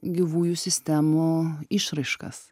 gyvųjų sistemų išraiškas